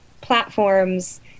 platforms